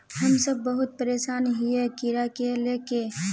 हम सब बहुत परेशान हिये कीड़ा के ले के?